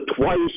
twice